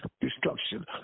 destruction